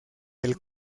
del